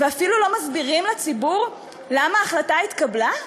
ואפילו לא מסבירים לציבור למה ההחלטה התקבלה?